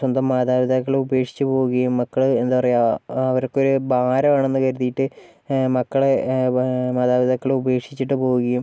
സ്വന്തം മാതാപിതാക്കളെ ഉപേക്ഷിച്ച് പോകുകയും മക്കള് എന്താ പറയുക അവർക്കൊരു ഭാരമാണെന്ന് കരുതിയിട്ട് മക്കളെ മാ മാതാപിതാക്കളെ ഉപേക്ഷിച്ചിട്ട് പോവുകയും